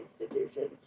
institution